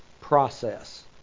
process